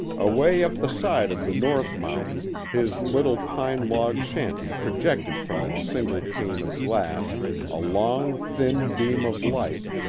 away up the side of the north mountain his little pine-log shanty projected from its single pane of glass a long, thin beam of light,